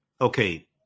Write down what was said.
Okay